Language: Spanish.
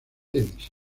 tenis